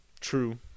True